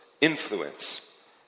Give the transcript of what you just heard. influence